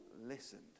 listened